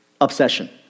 obsession